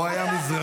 או אם היה מזרחי